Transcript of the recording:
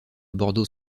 bordeaux